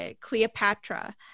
Cleopatra